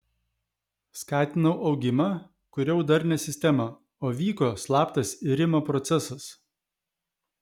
skatinau augimą kūriau darnią sistemą o vyko slaptas irimo procesas